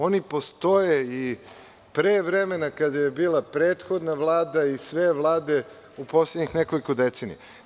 Oni postoje i pre vremena kada je bila prethodna Vlada i sve vlade u poslednjih nekoliko decenija.